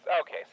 okay